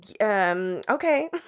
okay